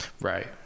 Right